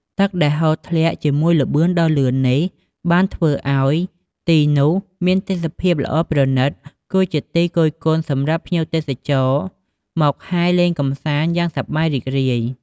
ទឹកដែលហូរធ្លាក់ជាមួយល្បឿនដ៏លឿននេះ បានផ្តល់ធ្វើឲ្យទីនោះមានទេសភាពល្អប្រណិតគួរជាទីគយគន់សម្រាប់ ភ្ញៀវ ទេសចរមកហែលលេងកំសាន្តយ៉ាងសប្បាយរីករាយ។